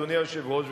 אדוני היושב-ראש,